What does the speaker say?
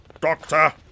Doctor